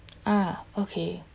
ah okay